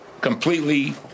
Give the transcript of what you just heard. completely